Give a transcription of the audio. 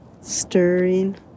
stirring